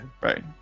Right